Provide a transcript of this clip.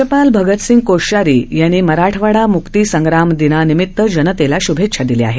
राज्यपाल भगतसिंग कोश्यारी यांनी मराठवाडा मुक्ती संग्राम दिनानिमित्त जनतेला शुभेच्छा दिल्या आहेत